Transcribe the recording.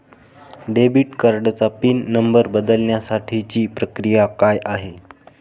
Debit कार्डचा pin number बदलण्यासाठीची प्रक्रिया काय आहे?